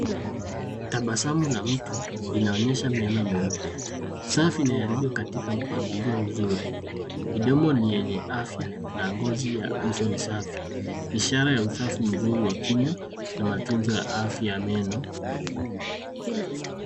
Tabasamu la mtu inaonyesha meno meupe, safi na yaliyo katika mpangilio mzuri. Mdomo ni yenye afya na ngozi ya uso ni safi, ishara ya usafi mzuri wa kinywa na matunzo ya afya ya meno.